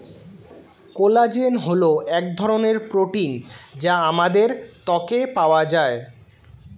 collagen হল এক ধরনের প্রোটিন যা আমাদের ত্বকে পাওয়া যায়